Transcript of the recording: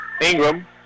Ingram